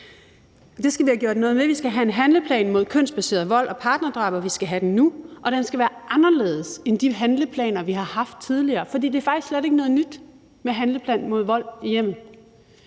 Det skal vi have gjort noget ved. Vi skal have en handleplan mod kønsbaseret vold og partnerdrab, og vi skal have den nu, og den skal være anderledes end de handleplaner, vi har haft tidligere, for det er faktisk slet ikke noget nyt med handleplaner mod vold i hjemmet.